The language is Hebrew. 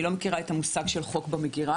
אני לא מכירה את המושג של חוק במגירה,